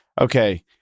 okay